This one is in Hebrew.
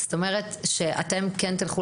התקציב שאתם הבאתם,